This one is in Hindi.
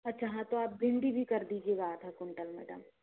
अच्छा हाँ तो आप भिंडी भी कर दीजिएगा आधा कुंटल मैडम